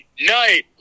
night